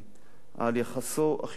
על יחסו החיובי לדת,